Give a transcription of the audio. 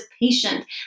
patient